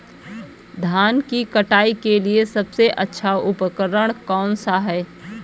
धान की कटाई के लिए सबसे अच्छा उपकरण कौन सा है?